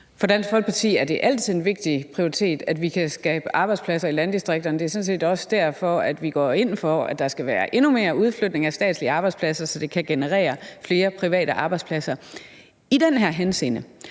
For Dansk Folkeparti er det altid en vigtig prioritet, at vi kan skabe arbejdspladser i landdistrikterne. Det er sådan set også derfor, at vi går ind for, at der skal være endnu mere udflytning af statslige arbejdspladser, så det kan generere flere private arbejdspladser. I den her henseende